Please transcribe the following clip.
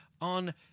on